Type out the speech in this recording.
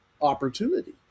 opportunity